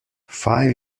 five